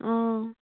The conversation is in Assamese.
অঁ